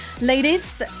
Ladies